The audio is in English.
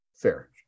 Fair